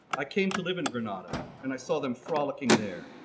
i came to live in granada and i saw them frolicking there.